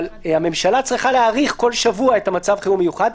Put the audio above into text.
אבל הממשלה צריכה להאריך בכל שבוע את מצב החירום המיוחד.